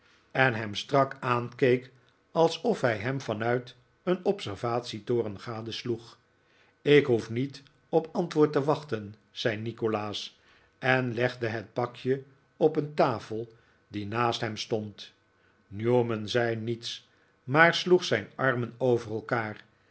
en hem strak aankeek alsof hij hem vanuit een observatietoren gadesloeg ik hoef niet op antwoord te wachten zei nikolaas en legde het pakje op een tafel die naast hem stond newman zei niets maar sloeg zijn armen over elkaar